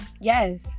Yes